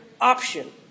option